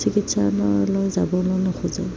চিকিৎসালয়লৈ যাবলৈ নোখোজে